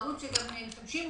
כל מה שאמרנו --- מ-2017 לא בחנתם?